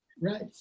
Right